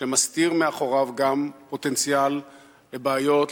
שמסתיר מאחוריו גם פוטנציאל לבעיות,